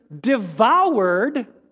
devoured